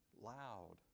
Loud